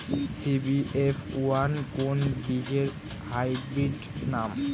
CBF one কোন বীজের hybrid নাম?